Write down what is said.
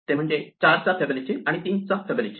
ते म्हणजे 4 चा फिबोनाची आणि 3 चा फिबोनाची